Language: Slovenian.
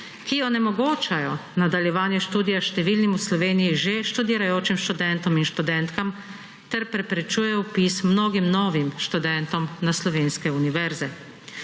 ki onemogočajo nadaljevanje študija številnim v Sloveniji že študirajočim študentom in študentkam, ter preprečujejo vpis mnogim novim študentom na slovenske univerze.